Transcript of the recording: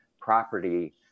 property